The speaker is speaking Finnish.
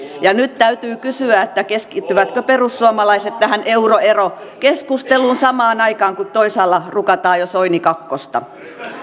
ja nyt täytyy kysyä keskittyvätkö perussuomalaiset tähän euroerokeskusteluun samaan aikaan kun toisaalla rukataan jo soini kakkosta